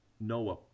Noah